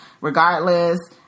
regardless